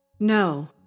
no